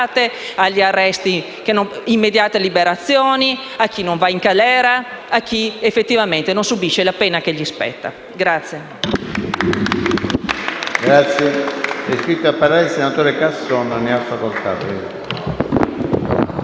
agli arresti e alle immediate liberazioni, a chi non va in galera, a chi effettivamente non subisce la pena che gli spetta*. (Applausi